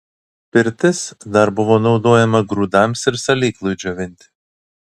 pirtis dar buvo naudojama grūdams ir salyklui džiovinti